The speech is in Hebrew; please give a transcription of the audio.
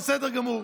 בסדר גמור.